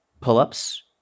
pull-ups